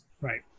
right